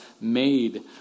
made